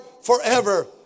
forever